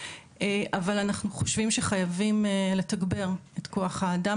אבל אנחנו חושבים שחייבים לתגבר את כוח האדם,